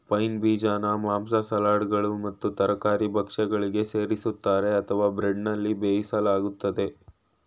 pine ಬೀಜನ ಮಾಂಸ ಸಲಾಡ್ಗಳು ಮತ್ತು ತರಕಾರಿ ಭಕ್ಷ್ಯಗಳಿಗೆ ಸೇರಿಸ್ತರೆ ಅಥವಾ ಬ್ರೆಡ್ನಲ್ಲಿ ಬೇಯಿಸಲಾಗ್ತದೆ